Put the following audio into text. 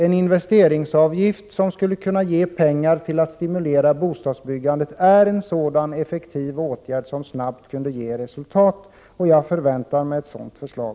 En investeringsavgift som skulle kunna ge pengar till att stimulera bostadsbyggandet är en sådan effektiv åtgärd som snabbt kunde ge resultat. Jag väntar mig ett sådant förslag.